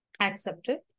accepted